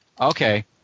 Okay